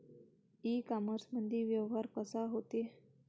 इ कामर्समंदी व्यवहार कसा होते?